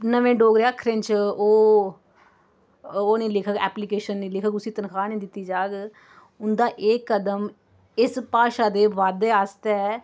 नमें डोगरे अक्खरें च ओह् ओह् नेईं लिखग ऐप्लीकेशन नेईं लिखग उसी तनखाह् नेईं दित्ती जाह्ग उन्दा एह् कदम इस भाशा दे बाद्धे आस्तै